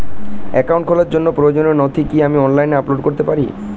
Account খোলার জন্য প্রয়োজনীয় নথি কি আমি অনলাইনে আপলোড করতে পারি?